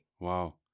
Wow